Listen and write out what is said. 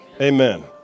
Amen